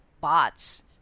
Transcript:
bots